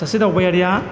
सासे दावबायारिया